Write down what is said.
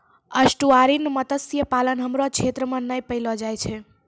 estuarine मत्स्य पालन हमरो क्षेत्र मे नै पैलो जाय छै